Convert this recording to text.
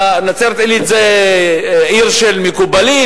נצרת-עילית זה עיר של מקובלים?